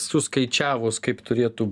suskaičiavus kaip turėtų